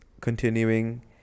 continuing